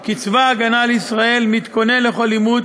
כי צבא ההגנה לישראל מתכונן לכל עימות